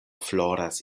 floras